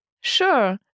Sure